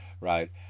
right